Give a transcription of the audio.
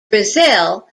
brazil